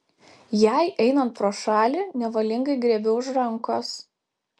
jai einant pro šalį nevalingai griebiu už rankos